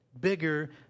bigger